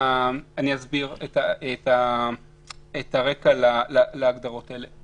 אני אסביר את הרקע להגדרות האלה.